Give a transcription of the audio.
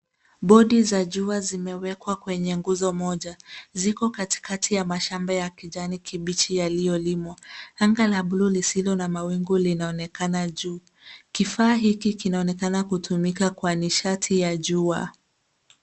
Bodi za jua zimewekwa kwenye nguzo moja, ziko katikati ya mashamba ya kijani kibichi yaliyolimwa. Anga la bluu lisilo na mawingu linaonekana juu. Kifaa hiki kinaonekana kutumika kwa nishati ya jua.